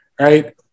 right